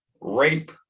rape